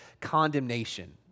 condemnation